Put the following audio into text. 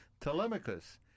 Telemachus